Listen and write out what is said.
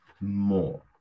more